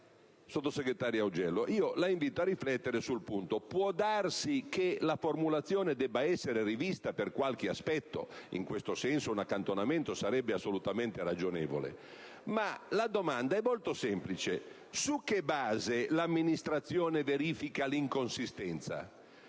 sottosegretario Augello: può darsi che la formulazione debba essere rivista per qualche aspetto - e in questo senso un accantonamento sarebbe assolutamente ragionevole - ma la domanda è molto semplice. Su quale base l'amministrazione verifica l'insussistenza